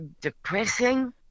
depressing